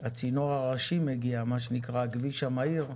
הצינור הראשי מגיע, מה שנקרא הכביש המהיר,